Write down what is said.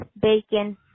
bacon